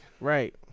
Right